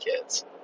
kids